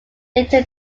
data